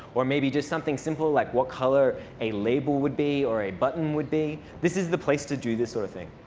or maybe just something simple like what color a label would be, or a button would be, this is the place to do this sort of thing.